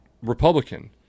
Republican